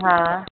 हा